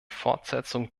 fortsetzung